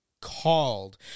called